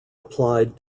applied